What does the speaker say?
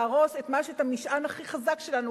להרוס את המשען הכי חזק שלנו,